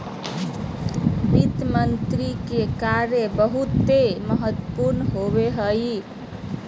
वित्त मंत्री के कार्य बहुते महत्वपूर्ण होवो हय